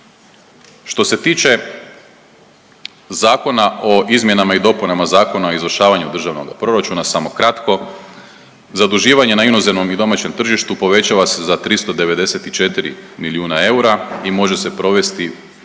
Što se tiče Zakona o izmjenama i dopunama Zakona o izvršavanju Državnog proračuna samo kratko. Zaduživanje na inozemnom i domaćem tržištu povećava se za 394 milijuna eura i može se provesti do